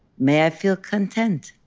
may i feel content.